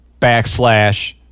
backslash